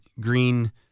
Green